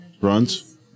Runs